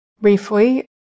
briefly